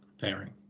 pairing